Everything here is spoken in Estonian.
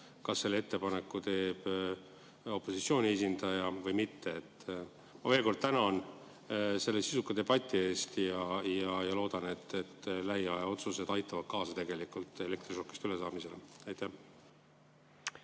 kas selle ettepaneku teeb opositsiooni esindaja või mitte. Ma veel kord tänan selle sisuka debati eest ja loodan, et lähiaja otsused aitavad kaasa elektrišokist ülesaamisele. Aitäh!